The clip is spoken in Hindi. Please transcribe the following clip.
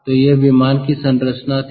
तो यह विमान की संरचना थी